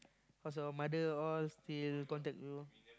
how's your mother all still contact you